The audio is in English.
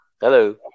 hello